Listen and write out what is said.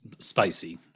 spicy